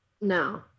No